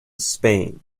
spain